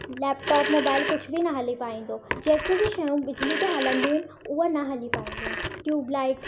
laptop mobile कुझु बि न हली पाईंदो जेकियूं बि शयूं बिजली ते हलंदियूं आहिनि उहे न हली पाईंदियूं ट्यूब लाइट